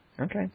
Okay